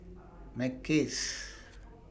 Mackays